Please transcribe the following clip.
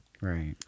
Right